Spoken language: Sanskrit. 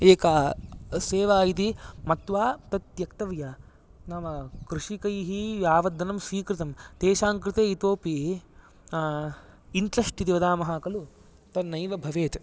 एका सेवा इति मत्वा तत् त्यक्तव्या नाम कृषकैः यावत् धनं स्वीकृतं तेषां कृते इतोऽपि इण्ट्रस्ट् इति वदामः खलु तत् नैव भवेत्